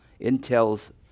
Intel's